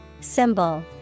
Symbol